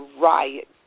riot